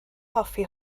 hoffi